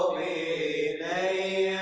a